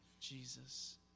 Jesus